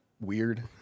weird